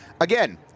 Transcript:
again